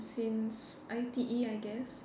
since I_T_E I guess